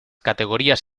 categorías